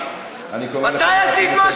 נא לסיים.